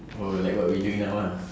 oh like what we doing now ah